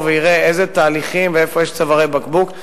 ויראה איזה תהליכים ואיפה יש צווארי בקבוק.